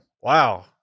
Wow